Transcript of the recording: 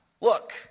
look